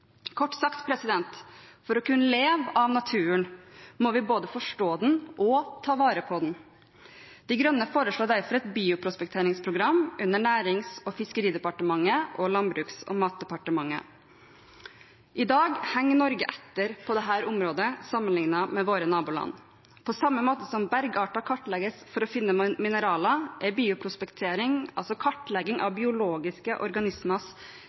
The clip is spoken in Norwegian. Kort sagt: For å kunne leve av naturen må vi både forstå den og ta vare på den. De Grønne foreslår derfor et bioprospekteringsprogram under Nærings- og fiskeridepartementet og Landbruks- og matdepartementet. I dag henger Norge etter på dette området sammenlignet med våre naboland. På samme måte som bergarter kartlegges for å finne mineraler, er bioprospektering kartlegging av biologiske